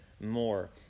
more